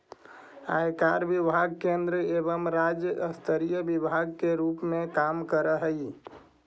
आयकर विभाग केंद्रीय एवं राज्य स्तरीय विभाग के रूप में काम करऽ हई